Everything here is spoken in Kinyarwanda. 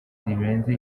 zirenze